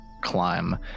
climb